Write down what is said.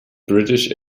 british